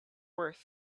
worth